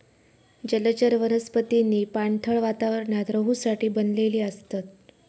जलचर वनस्पतींनी पाणथळ वातावरणात रहूसाठी बनलेली असतत